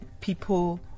people